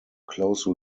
close